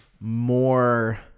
more